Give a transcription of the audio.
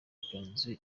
icyanzu